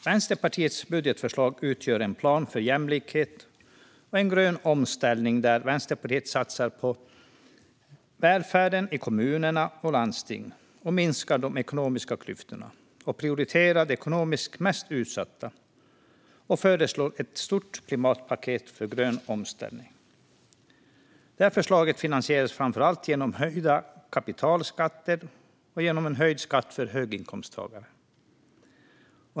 Vänsterpartiets budgetförslag utgör en plan för jämlikhet och grön omställning, där Vänsterpartiet satsar på välfärden i kommuner och regioner, minskar de ekonomiska klyftorna, prioriterar de ekonomiskt mest utsatta och föreslår ett stort klimatpaket för grön omställning. Detta förslag finansieras framför allt genom höjda kapitalskatter och genom en höjd skatt för höginkomsttagare.